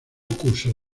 cursos